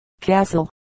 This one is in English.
Castle